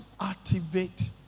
activate